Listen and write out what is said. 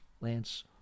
Lance